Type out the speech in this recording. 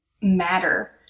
matter